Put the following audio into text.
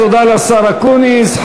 תודה לשר אקוניס.